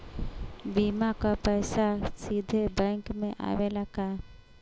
बीमा क पैसा सीधे बैंक में आवेला का?